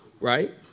right